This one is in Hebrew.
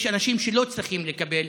יש אנשים שלא צריכים לקבל,